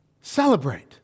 celebrate